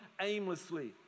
aimlessly